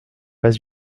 pas